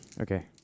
Okay